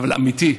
אבל אמיתי,